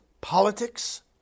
politics